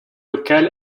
local